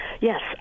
Yes